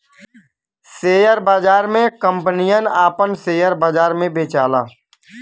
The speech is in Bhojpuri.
शेअर बाजार मे कंपनियन आपन सेअर बाजार मे बेचेला